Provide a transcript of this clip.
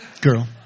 Girl